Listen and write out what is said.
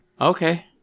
Okay